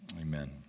Amen